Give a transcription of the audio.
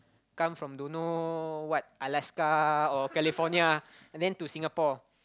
come from don't know what Alaska or California and then to Singapore